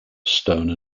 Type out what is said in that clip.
stone